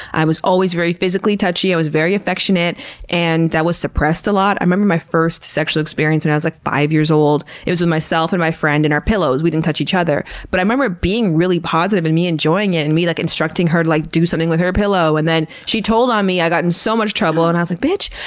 i was always very physically touchy i was very affectionate and that was suppressed a lot. i remember my first sexual experience when i was like, five years old. it was with myself and my friend and our pillows. we didn't touch each other, but i remember it being really positive, and me enjoying it, and me like instructing her to like do something with her pillow. and then she told on me, i got in so much trouble and i was like, bitch!